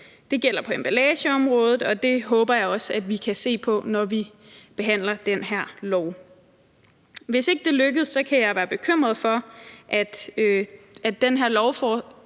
Det gælder på emballageområdet, og det håber jeg også at vi kan se på, når vi behandler det her lovforslag. Hvis ikke det lykkes, kan jeg være bekymret for, at den her lovændring